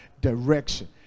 direction